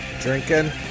drinking